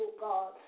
God